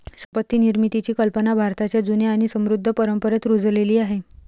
संपत्ती निर्मितीची कल्पना भारताच्या जुन्या आणि समृद्ध परंपरेत रुजलेली आहे